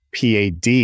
PAD